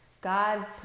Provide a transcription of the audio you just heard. God